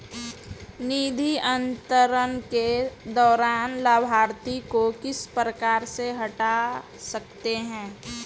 निधि अंतरण के दौरान लाभार्थी को किस प्रकार से हटा सकते हैं?